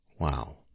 wow